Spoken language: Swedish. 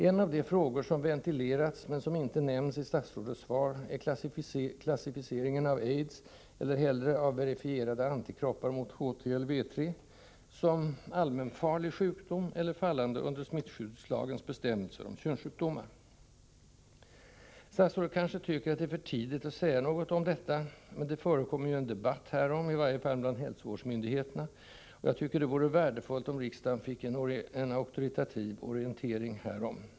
En av de frågor som ventilerats men som inte nämnts i statsrådets svar är klassificeringen av AIDS -— eller, hellre, av verifierade antikroppar mot HTLV III - som allmänfarlig sjukdom eller fallande under smittskyddslagens bestämmelse om könssjukdomar. Statsrådet kanske tycker att det är för tidigt att säga något om detta, men det förekommer ju en debatt härom, i varje fall bland hälsovårdsmyndigheterna, och jag tycker det vore värdefullt om riksdagen fick en auktoritativ orientering härom.